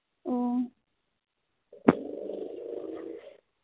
ᱚ